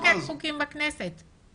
למה לחוקק חוקים בכנסת?